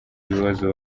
ibibazo